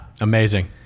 amazing